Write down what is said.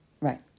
Right